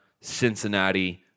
Cincinnati